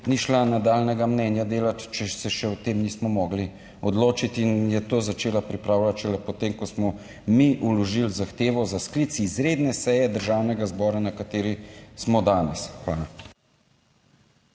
ni šla nadaljnjega mnenja delati, če se še o tem nismo mogli odločiti in je to začela pripravljati šele potem, ko smo mi vložili zahtevo za sklic. Izredne seje Državnega zbora, na kateri smo danes. Hvala.